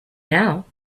now